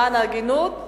למען ההגינות,